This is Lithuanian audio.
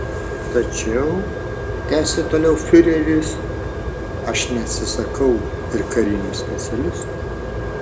tačiau tęsė toliau fiureris aš neatsisakau ir karinių specialistų